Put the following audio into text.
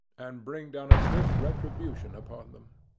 and bring down a swift retribution upon them.